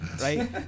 right